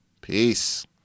Peace